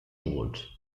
núvols